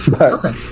Okay